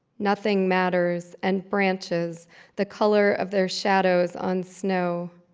nothing matters, and branches the color of their shadows on snow.